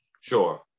sure